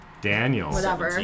Daniel